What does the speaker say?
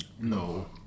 No